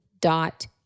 dot